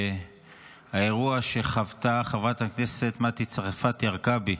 האירוע שחוותה חברת הכנסת מטי צרפתי הרכבי,